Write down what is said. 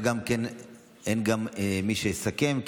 וגם אין מי שיסכם,